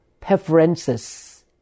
preferences